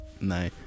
No